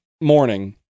morning